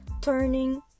turning